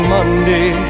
Monday